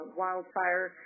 wildfire